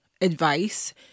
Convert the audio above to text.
advice